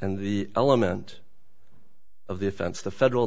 and the element of the offense the federal